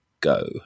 go